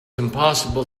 impossible